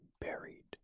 buried